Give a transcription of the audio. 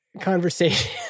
conversation